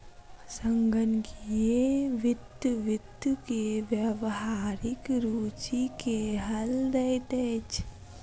संगणकीय वित्त वित्त के व्यावहारिक रूचि के हल दैत अछि